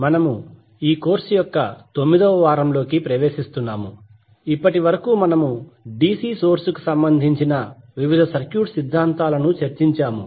మనము ఈ కోర్సు యొక్క తొమ్మిదవ వారంలోకి ప్రవేశిస్తున్నాము ఇప్పటి వరకు మనము డిసి సోర్స్ కు సంబంధించిన వివిధ సర్క్యూట్ సిద్ధాంతాలను చర్చించాము